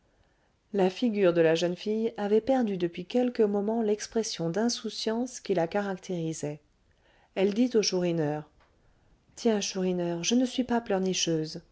la figure de la jeune fille avait perdu depuis quelques moments l'expression d'insouciance qui la caractérisait elle dit au chourineur tiens chourineur je ne suis pas pleurnicheuse